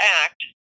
act